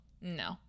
no